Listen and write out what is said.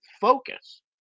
focus